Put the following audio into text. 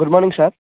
good morning sir